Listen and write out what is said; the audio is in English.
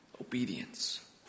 obedience